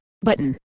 button